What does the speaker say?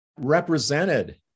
represented